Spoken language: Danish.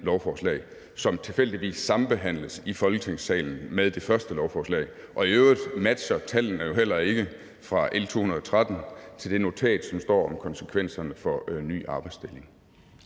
lovforslag, som tilfældigvis sambehandles med det første lovforslag i Folketingssalen. I øvrigt matcher tallene jo heller ikke fra L 213 til det notat, som står om konsekvenserne for ny arbejdsdeling.